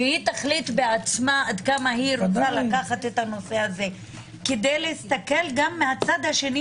שהיא תחליט בעצמה עד כמה היא רוצה כדי להסתכל גם מהצד השני